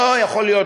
לא יכול להיות,